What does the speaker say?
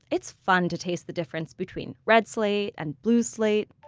it's fun to taste the difference between red slate and blue slate.